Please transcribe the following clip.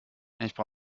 brauche